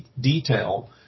detail